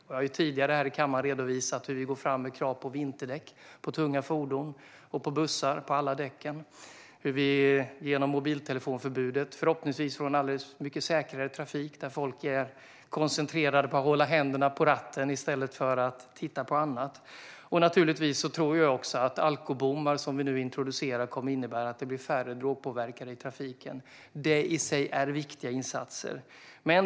Jag har tidigare här i kammaren redovisat hur vi går fram med krav på vinterdäck på tunga fordon och på alla hjul när det gäller bussar. Genom mobiltelefonförbudet får vi förhoppningsvis en mycket säkrare trafik där folk är koncentrerade på att hålla händerna på ratten i stället för att titta på annat. Naturligtvis tror jag också att alkobommar, som vi nu introducerar, kommer att innebära att det blir färre drogpåverkade i trafiken. Det här är viktiga insatser.